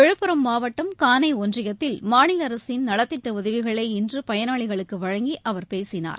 விழுப்புரம் மாவட்டம் கானை ஒன்றியத்தில் மாநில அரசின் நலத்திட்ட உதவிகளை இன்று பயனாளிகளுக்கு வழங்கி அவர் பேசினார்